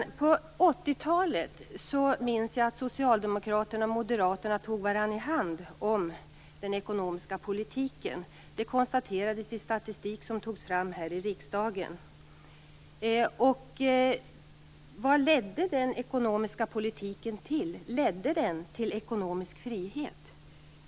På 80-talet minns jag att socialdemokraterna och moderaterna tog varandra i hand om den ekonomiska politiken. Det konstaterades i statistik som togs fram här i riksdagen. Vad ledde den ekonomiska politiken till? Ledde den till ekonomisk frihet?